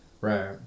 Right